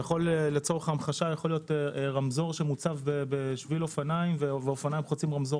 יכול להיות רמזור שמוצב בשביל אופניים ואופניים חוצים רמזור